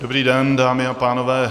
Dobrý den, dámy a pánové.